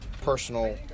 personal